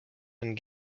and